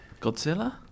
Godzilla